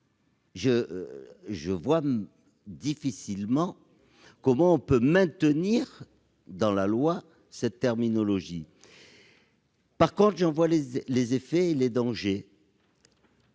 Je vois difficilement comment on peut maintenir dans la loi cette terminologie, dont,, je perçois bien les effets et les dangers.